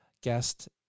guest